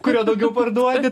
kurio daugiau parduodi